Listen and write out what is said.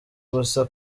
gusa